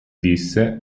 disse